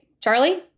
Charlie